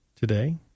today